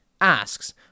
asks